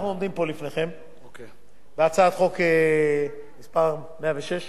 בהצעת חוק מספר 106. אני לא יכול